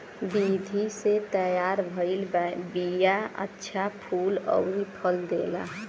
विधि से तैयार भइल बिया अच्छा फूल अउरी फल देला